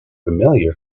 familiar